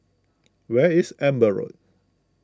where is Amber Road